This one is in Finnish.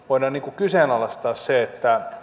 voidaan kyseenalaistaa se